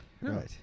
right